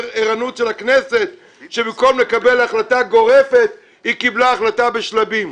ערנות של הכנסת שבמקום לקבל החלטה גורפת היא קיבלה החלטה בשלבים.